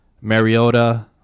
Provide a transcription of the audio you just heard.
Mariota